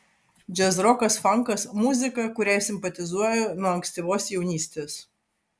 džiazrokas fankas muzika kuriai simpatizuoju nuo ankstyvos jaunystės